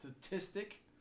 statistic